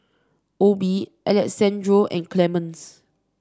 Obe Alessandro and Clemence